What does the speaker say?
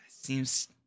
seems